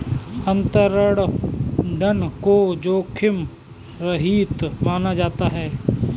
अंतरपणन को जोखिम रहित माना जाता है